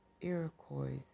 Iroquois